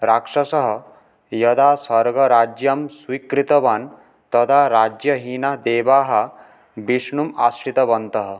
राक्षसः यदा स्वर्गराज्यं स्वीकृतवान् तदा राज्यहीना देवाः विष्णुम् आश्रितवन्तः